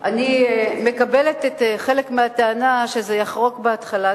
אני מקבלת חלק מהטענה שזה יחרוק בהתחלה,